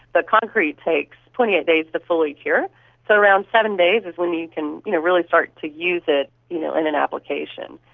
the concrete takes twenty eight days to fully cure, so around seven days is when you can you know really start to use it you know in an application.